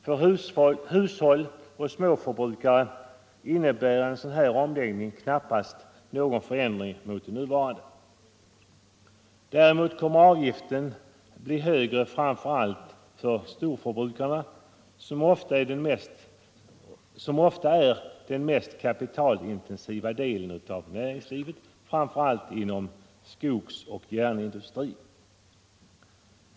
För hushåll och småförbrukare innebär en sådan omläggning knappast någon förändring. Däremot kommer avgiften att bli högre framför allt för storförbrukare, som ofta är den mest kapitalintensiva delen av näringslivet, framför allt inom skogsoch järnindustrin.